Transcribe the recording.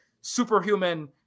superhuman